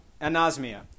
Anosmia